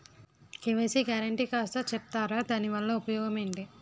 KYC guarantee కాస్త చెప్తారాదాని వల్ల ఉపయోగం ఎంటి?